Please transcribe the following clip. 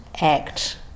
act